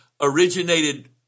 originated